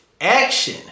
Action